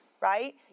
right